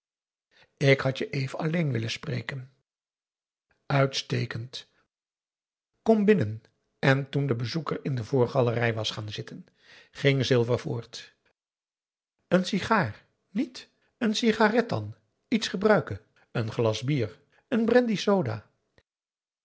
ik had je even alleen willen spreken uitstekend kom binnen en toen de bezoeker in de voorgalerij was gaan zitten ging silver voort aum boe akar eel en sigaar niet n sigaret dan iets gebruiken n glas bier n brandy soda